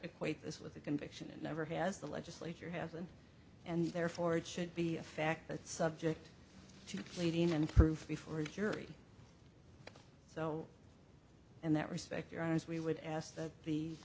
equate this with a conviction it never has the legislature hasn't and therefore it should be a fact that subject to pleading and proof before a jury so in that respect you're as we would ask that the